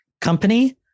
company